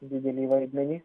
didelį vaidmenį